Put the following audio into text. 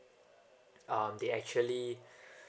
um they actually